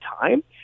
time